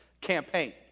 campaign